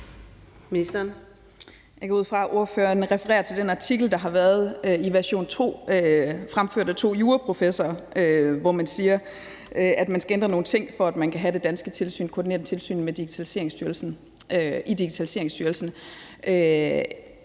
Jeg går ud fra, at hr. Alexander Ryle refererer til den artikel, der har været i Version2, fremført af to juraprofessorer, som siger, at der skal ændres nogle ting, for at man kan have det danske koordinerende tilsyn i Digitaliseringsstyrelsen.